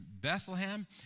Bethlehem